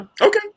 Okay